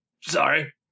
sorry